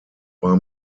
war